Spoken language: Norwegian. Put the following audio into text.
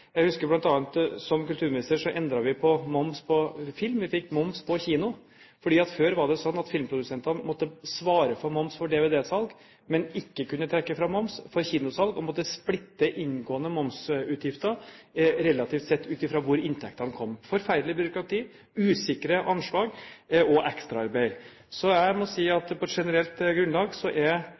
Jeg husker bl.a. at da jeg var kulturminister, endret vi momsen på film – vi fikk moms på kino. Før var det slik at filmprodusentene måtte svare for moms ved dvd-salg, men kunne ikke trekke fra moms ved kinosalg, og måtte splitte inngående momsutgifter relativt sett ut fra hvor inntektene kom – et forferdelig byråkrati, usikre anslag og ekstraarbeid. Så jeg må si at på et generelt grunnlag er momssatser som omfatter det meste, men som er